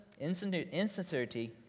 insincerity